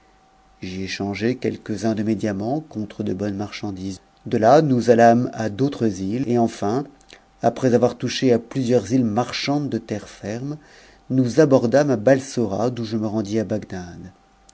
j'y échangeai quelques-uns de mes diamants contre de bonnes marchandises de là nous allâmes à d'autres î es et enfin après avoir touché à plusieurs mes marchandes de terre ferme nous abordâmes à balsora d'où je me rendis à bagdad